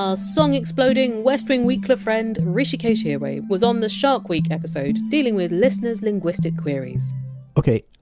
ah song exploding west wing weekler friend hrishikesh hirway was on the shark week episode dealing with listeners! linguistic queries ok,